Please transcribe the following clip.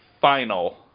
final